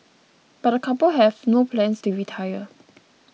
but the couple have no plans to retire